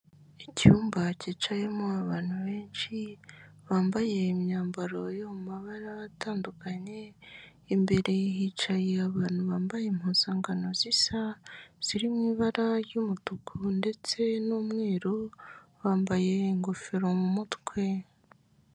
Icyumba cyicayemo abantu benshi bambaye imyambaro yo mu mabara atandukanye, imbere hicaye abantu bambaye impuzangano zisa ziri mu ibara ry'umutuku ndetse n'umweru bambaye ingofero mu mutwe.